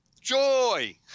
joy